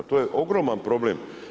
To je ogroman problem.